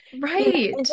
Right